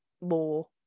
more